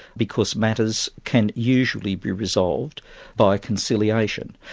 because matters can usually be resolved by conciliation.